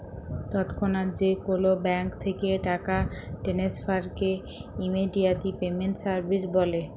তৎক্ষনাৎ যে কোলো ব্যাংক থ্যাকে টাকা টেনেসফারকে ইমেডিয়াতে পেমেন্ট সার্ভিস ব্যলে